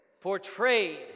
portrayed